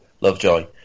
Lovejoy